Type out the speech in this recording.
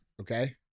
Okay